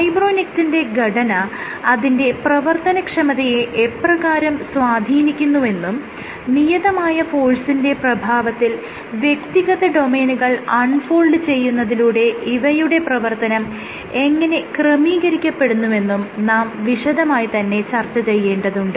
ഫൈബ്രോനെക്റ്റിന്റെ ഘടന അതിന്റെ പ്രവർത്തനക്ഷമതയെ എപ്രകാരം സ്വാധീനിക്കുന്നുവെന്നും നിയതമായ ഫോഴ്സിന്റെ പ്രഭാവത്തിൽ വ്യക്തിഗത ഡൊമെയ്നുകൾ അൺ ഫോൾഡ് ചെയ്യുന്നതിലൂടെ ഇവയുടെ പ്രവർത്തനം എങ്ങനെ ക്രമീകരിക്കപ്പെടുന്നുവെന്നും നാം വിശദമായി തന്നെ ചർച്ച ചെയ്യേണ്ടതുണ്ട്